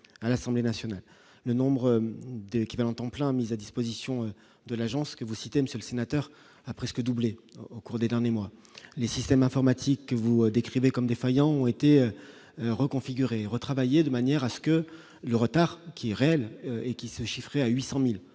à l'Assemblée nationale, le nombre d'équivalents temps plein, mise à disposition de l'agence que vous citez, Monsieur le Sénateur, a presque doublé au cours des derniers mois, les systèmes informatiques que vous décrivez comme défaillant, ont été reconfigurée retravailler de manière à ce que le retard qui est réel et qui se chiffraient à 800000